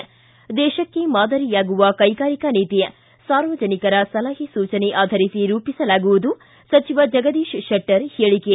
ಿ ದೇಶಕ್ಕೇ ಮಾದರಿಯಾಗುವ ಕೈಗಾರಿಕಾ ನೀತಿ ಸಾರ್ವಜನಿಕರ ಸಲಹೆ ಸೂಚನೆ ಆಧರಿಸಿ ರೂಪಿಸಲಾಗುವುದು ಸಚಿವ ಜಗದೀಶ್ ಶೆಟ್ಟರ್ ಹೇಳಿಕೆ